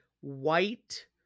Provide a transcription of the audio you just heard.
white